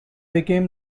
became